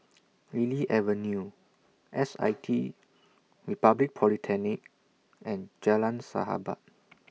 Lily Avenue S I T Republic Polytechnic and Jalan Sahabat